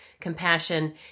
compassion